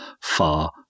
far